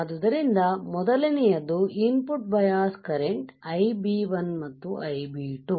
ಆದ್ದರಿಂದ ಮೊದಲನೆಯದು input bias current Ib1 ಮತ್ತು Ib2